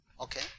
Okay